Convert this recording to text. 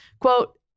quote